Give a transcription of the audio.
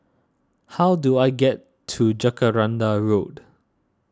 how do I get to Jacaranda Road